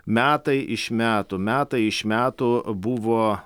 metai iš metų metai iš metų buvo